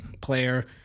player